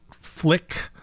flick